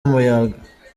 umuyaga